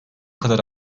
kadar